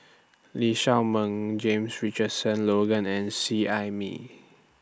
Lee Shao Meng James Richardson Logan and Seet Ai Mee